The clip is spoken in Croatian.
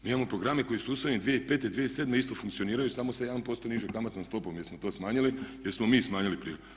Mi imamo programe koji su usvojeni 2005. i 2007., isto funkcioniraju samo sa 1% nižom kamatnom stopom jer smo to smanjili, jer smo mi smanjili prije.